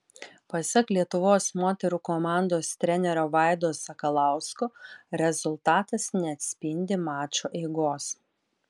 pasak lietuvos moterų komandos trenerio vaido sakalausko rezultatas neatspindi mačo eigos